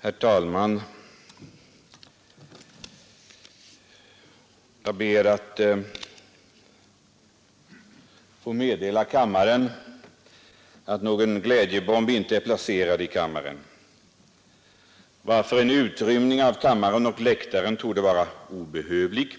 Herr talman! Jag ber att få meddela kammaren att någon glädjebomb inte är placerad i kammaren, varför en utrymning av kammare och läktare torde vara obehövlig.